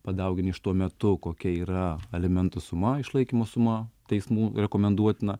padaugini iš tuo metu kokia yra alimentų suma išlaikymo suma teismų rekomenduotina